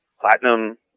platinum